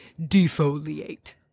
defoliate